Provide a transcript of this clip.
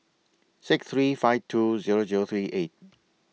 six three five two Zero Zero three eight